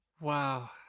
Wow